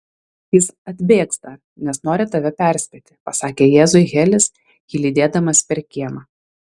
jis atbėgs dar nes nori tave perspėti pasakė jėzui helis jį lydėdamas per kiemą